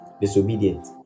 disobedient